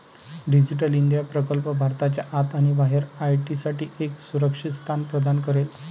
digital India प्रकल्प भारताच्या आत आणि बाहेर आय.टी साठी एक सुरक्षित स्थान प्रदान करेल